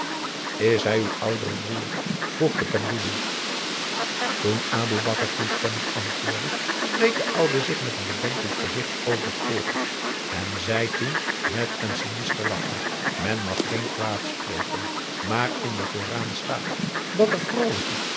is hij uw oudere broeder vroeg de penghoeloe toen aboe bakar toestemmend antwoordde streek de oude zich met een bedenkelijk gezicht over het voorhoofd en zei toen met een sinister lachje men mag geen kwaad spreken maar in den koran staat dat er vroolijke